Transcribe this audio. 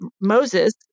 Moses